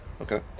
Okay